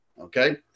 okay